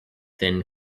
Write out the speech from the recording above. thin